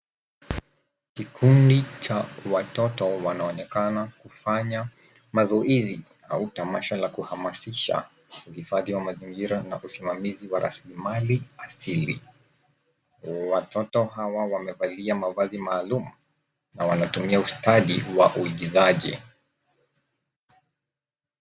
Kikundi cha watoto wanaonekana kufanya mazoezi au tamasha la kuhamasisha uhifadhi wa mazingira na usimamizi wa rasilimali asili. Watoto hawa wamevalia mavazi maalum na wanatumia ustadi wa uigizaji.